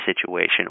situation